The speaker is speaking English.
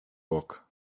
book